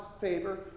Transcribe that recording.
favor